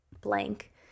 blank